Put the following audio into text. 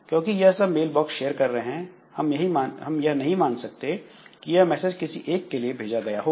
क्योंकि यह सब मेल बॉक्स शेयर कर रहे हैं हम यह नहीं मान सकते कि यह मैसेज किसी एक के लिए भेजा गया होगा